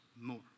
more